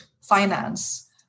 finance